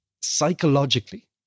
psychologically